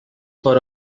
for